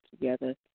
together